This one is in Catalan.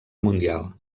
mundial